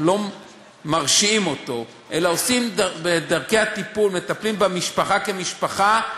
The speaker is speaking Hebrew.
אלא בדרכי הטיפול מטפלים במשפחה כמשפחה,